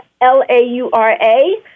L-A-U-R-A